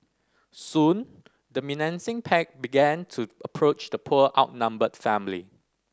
soon the menacing pack began to approach the poor outnumbered family